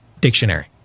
dictionary